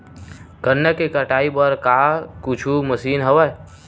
गन्ना के कटाई बर का कुछु मशीन हवय?